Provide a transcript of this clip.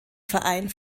verein